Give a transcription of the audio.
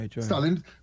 Stalin